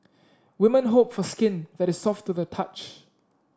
woman hope for skin that is soft to the touch